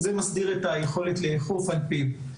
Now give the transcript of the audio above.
זה מסדיר את היכולת לאכוף על פיו.